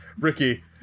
Ricky